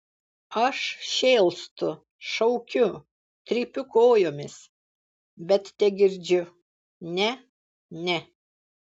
aš šėlstu šaukiu trypiu kojomis bet tegirdžiu ne ne